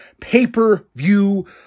pay-per-view